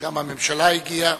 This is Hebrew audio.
גם הממשלה הגיעה,